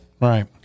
Right